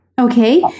Okay